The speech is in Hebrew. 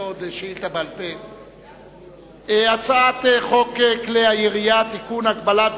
אני קובע שהצעת חוק העונשין (תיקון,